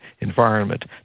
environment